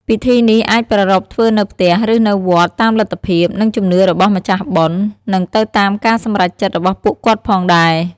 ពិធីនេះអាចប្រារព្ធធ្វើនៅផ្ទះ ឬនៅវត្ត តាមលទ្ធភាព និងជំនឿរបស់ម្ចាស់បុណ្យ និងទៅតាមការសម្រេចចិត្តរបស់ពួកគាត់ផងដែរ។